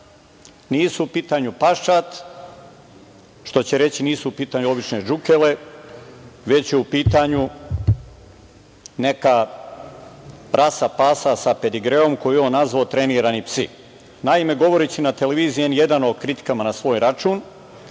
nisu u pitanju paščad, što će reći nisu u pitanju obične džukele, već je u pitanju neka rasa pasa sa pedigreom koju je on nazvao „trenirani psi“.Naime, govoreći na televiziji N1 o kritikama na svoj račun,